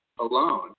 alone